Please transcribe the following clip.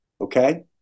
okay